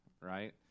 right